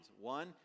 One